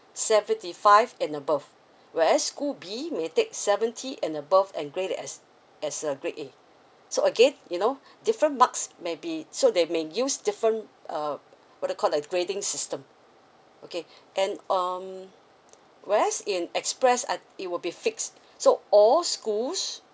seventy five and above whereas school B may take seventy and above and grade it as as a grade A so again you know different marks may be so they may use different uh what you call like grading system okay and um whereas in express uh it will be fixed so all schools